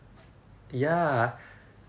ya